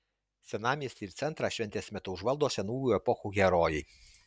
senamiestį ir centrą šventės metu užvaldo senųjų epochų herojai